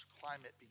climate